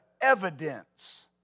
evidence